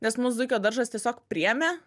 nes mus zuikio daržas tiesiog priėmė